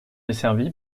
desservi